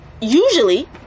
usually